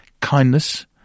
kindness